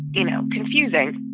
you know, confusing